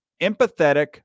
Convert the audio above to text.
empathetic